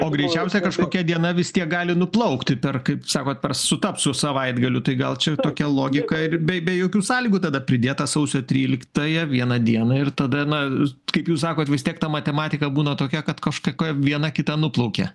o greičiausia kažkokia diena vis tiek gali nuplaukti per kaip sakot per sutaps su savaitgaliu tai gal čia tokia logika ir be be jokių sąlygų tada pridėt tą sausio tryliktąją vieną dieną ir tada na kaip jūs sakot vis tiek ta matematika būna tokia kad kažkokia viena kita nuplaukia